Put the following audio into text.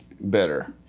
better